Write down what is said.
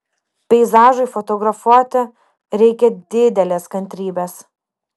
peizažui fotografuoti reikia didelės kantrybės